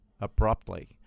abruptly